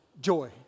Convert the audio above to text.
Joy